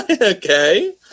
Okay